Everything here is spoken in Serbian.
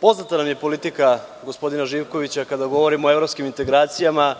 poznata nam je politika gospodina Živkovića, kada govorimo o evropskim integracijama